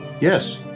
Yes